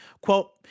Quote